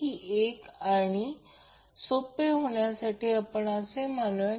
हा लोड पूर्णपणे resistive load आहे